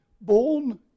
Born